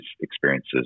experiences